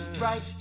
right